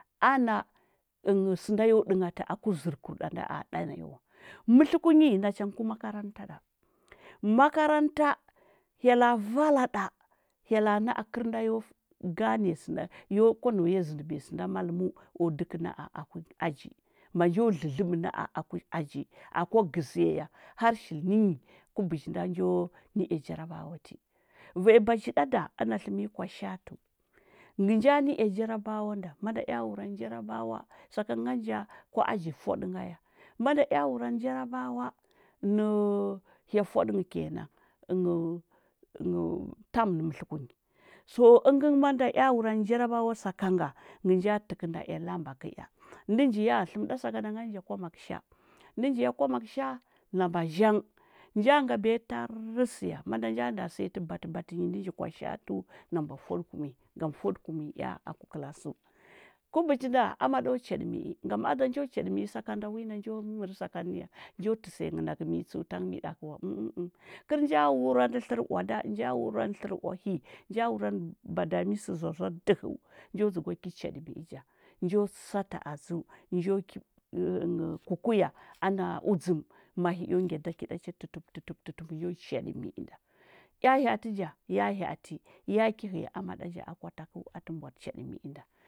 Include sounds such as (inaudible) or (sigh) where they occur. Ana sɚnda yo ɗɚnghati aku zɚrkurɗa nda a ɗa naya wa mɚtlɚ kunyi, nachangɚ ku makaranta ɗa makaranta hyela vala ɗa hyela na’a kɚr nda yo gane sɚuda yo kwa nau ya zɚndi biya sɚnda malɚmɚu kwa dɚkɚ naa aku aji ma njo dlɚdlɚɓɚ na’a aku aji, akwa gɚziya ya har shili hɚnyi ku biji nda njo nɚea jarabawa ti. Vanya bazhi ɗa da, ana tlɚm nyi kwashatu ngɚ nja nɚea jarabawa nda manda ea wurandi jarabaw nɚ hya fwaɗɚngɚ kenan ɚngɚu jarabawa ɚngɚ ɚngɚ tam mɚtlɚ kunyi so ɚngɚ manda ea wurandi jarabawa sakanga ngɚja tɚkɚnda ea lamba kɚ ea ndɚ nji ya tlɚm ɗa sakannda kwamaksha, ndɚ nji ya kwamaksha lamba zhang. Nja ya tlɚm ɗa sakannda kwamaksha, ndɚ nji ya kwamaksha lamba zhang. Nja ngabiya tar siya, manda nja nda siya tɚ batɚ batɚ nyi ndɚ nji kwashatu lamba fwaɗɚ kum nyi ngam fwaɗɚ kumayi ea aku kɚlasɚu. ku biji nda amaɗa chaɗɚ mi’i ngam ada njo chaɗɚ mi’i sakanda wi nda njo mɚrɚ sakanɚ ya njo tɚsiya nghɚ nakɚ mi’i tus’u tanghɚ miɗakɚ wa. ɚn ɚng-ɚng, kɚl nja wurandi tlɚrɚ oada, nja wurandi tlɚrɚ uhi, nja wura ndi bada mi sɚ zoa-zoa dɚhɚu njo dzɚgwa ki chaɗɚ mili ja nja tsatɚ adzɚu, njo ki (hesitation) kukuya ana udzɚm mali io ngya da kiɗacha tutup, tutup tutup njo chaɗɚ mi’i nda ea hyaati ja hya’ati yaki hɚya akwa takɚu atɚ mbwat chaɗɚ mil’ nda.